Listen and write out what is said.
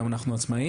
היום אנחנו עצמאיים.